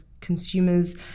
consumers